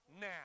now